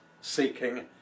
seeking